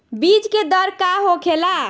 बीज के दर का होखेला?